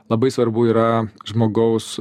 labai svarbu yra žmogaus